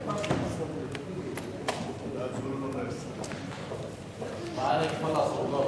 סעיפים 1 3 נתקבלו.